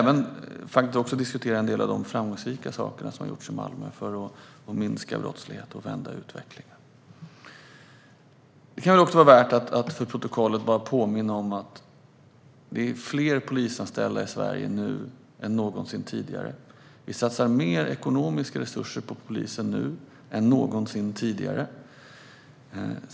Vi ska även diskutera en del av de framgångsrika saker som har gjorts i Malmö för att minska brottsligheten och vända utvecklingen. Det kan också, för protokollet, vara värt att påminna om att det är fler polisanställda i Sverige nu än någonsin tidigare. Vi satsar mer ekonomiska resurser på polisen nu än vad som någonsin gjorts tidigare.